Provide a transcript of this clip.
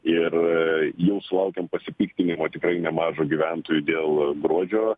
ir jau sulaukiam pasipiktinimo tikrai nemažo gyventojų dėl gruodžio